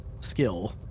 skill